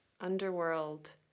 underworld